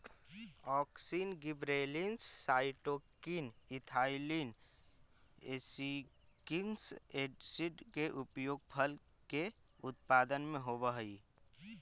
auxin, gibberellins, cytokinin, ethylene, abscisic acid के उपयोग फल के उत्पादन में होवऽ हई